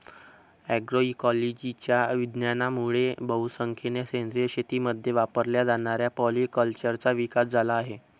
अग्रोइकोलॉजीच्या विज्ञानामुळे बहुसंख्येने सेंद्रिय शेतीमध्ये वापरल्या जाणाऱ्या पॉलीकल्चरचा विकास झाला आहे